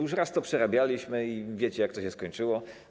Już raz to przerabialiśmy i wiecie, jak to się skończyło.